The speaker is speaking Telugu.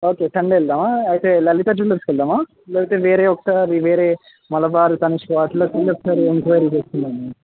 ఓకే సండే వెళ్దామా అయితే లలిత జ్యూవెలర్స్కి వెళ్దామా లేతే వేరే ఒక వేరే మలబారు తనిష్క్ వాటిల్లో చూడు ఒకసారి ఎన్క్విరీ చేసి ఏమన్నా